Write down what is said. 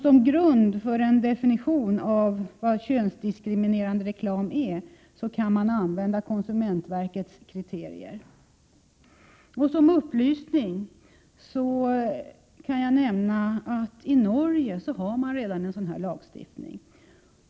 Som grund för en definition av könsdiskriminerande reklam kan konsumentverkets kriterier användas. Som upplysning kan jag nämna att man i Norge redan har en sådan här lagstiftning.